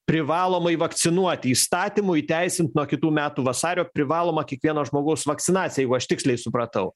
privalomai vakcinuoti įstatymu įteisint nuo kitų metų vasario privalomą kiekvieno žmogaus vakcinaciją jeigu aš tiksliai supratau